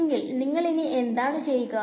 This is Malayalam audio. എങ്കിൽ നിങ്ങളിനി എന്താണ് ചെയ്യുക